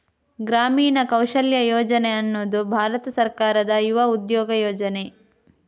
ಗ್ರಾಮೀಣ ಕೌಶಲ್ಯ ಯೋಜನೆ ಅನ್ನುದು ಭಾರತ ಸರ್ಕಾರದ ಯುವ ಉದ್ಯೋಗ ಯೋಜನೆ